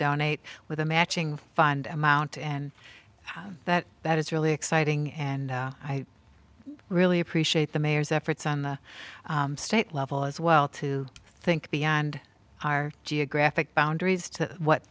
donate with a matching fund amount and that that is really exciting and i really appreciate the mayor's efforts on the state level as well to think beyond our geographic boundaries to what